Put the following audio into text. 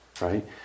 Right